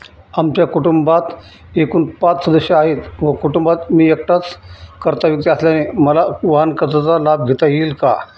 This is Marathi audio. आमच्या कुटुंबात एकूण पाच सदस्य आहेत व कुटुंबात मी एकटाच कर्ता व्यक्ती असल्याने मला वाहनकर्जाचा लाभ घेता येईल का?